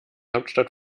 hauptstadt